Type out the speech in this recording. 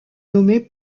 nommée